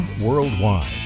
worldwide